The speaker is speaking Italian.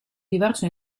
diverso